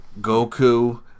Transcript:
Goku